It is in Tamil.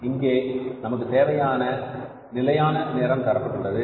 இங்கே நமக்கு நிலையான நேரம் தரப்பட்டுள்ளது